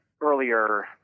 earlier